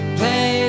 play